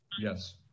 Yes